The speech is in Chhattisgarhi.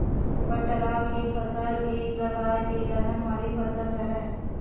बटरा के फसल एक परकार के दलहन वाले फसल हरय